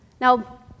Now